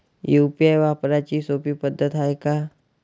UPI वापराची सोपी पद्धत हाय का?